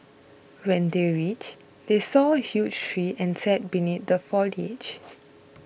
when they reached they saw a huge tree and sat beneath the foliage